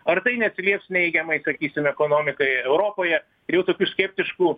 ar tai neatsilieps neigiamai sakysim ekonomikai europoje jau tokių skeptiškų